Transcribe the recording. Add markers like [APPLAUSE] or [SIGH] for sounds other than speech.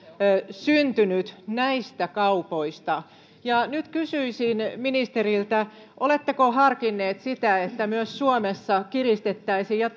syntynyt nimenomaan näistä kaupoista nyt kysyisin ministeriltä oletteko harkinnut sitä että myös suomessa kiristettäisiin ja [UNINTELLIGIBLE]